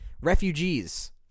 refugees